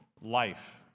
life